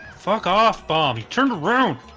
fuck off bomb he turned around